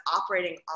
operating